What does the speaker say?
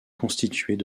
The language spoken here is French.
constituées